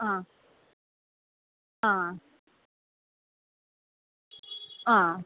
ആ ആ ആ